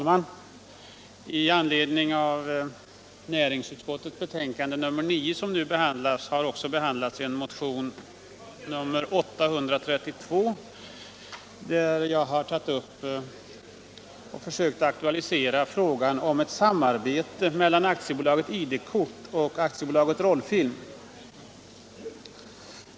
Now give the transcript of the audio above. Herr talman! I näringsutskottets betänkande nr 9 har bl.a. behandlats motionen 832, där jag försökt aktualisera frågan om ett samarbete mellan AB ID-kort och AB Rollfilm.